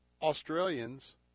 Australians